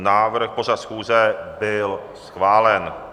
Návrh, pořad schůze, byl schválen.